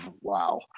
Wow